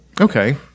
Okay